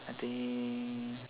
I think